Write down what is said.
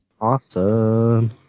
Awesome